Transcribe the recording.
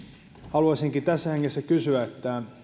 haluaisinkin tässä hengessä kysyä